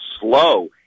slow